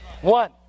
One